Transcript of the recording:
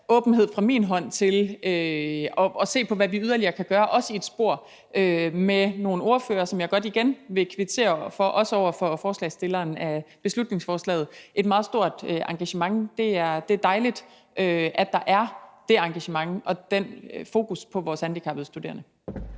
åbenhed fra min hånd i forhold til at se på, hvad vi yderligere kan gøre, også i et spor med nogle ordførere, som jeg gerne igen vil kvittere for et meget stort engagement – og også over for spørgerne. Det er dejligt, at der er det engagement og det fokus på vores handicappede studerende.